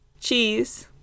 cheese